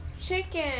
chicken